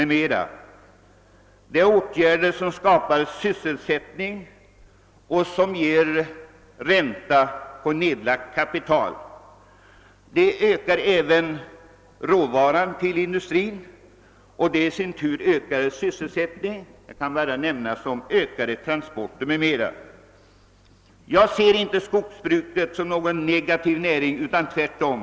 Det är åtgärder som skapar sysselsättning och som ger ränta på nedlagt kapital. De förbättrar även råvarutillgången för industrin, och detta i sin tur ökar sysselsättningen genom ett större antal transporter osv. Jag betraktar inte skogsbruket som en näring med negativ utveckling, tvärtom.